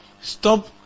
Stop